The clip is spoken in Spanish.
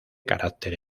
carácter